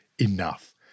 enough